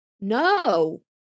No